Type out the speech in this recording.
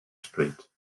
street